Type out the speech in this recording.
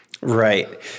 Right